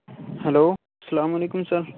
hello السّلام علیکم سر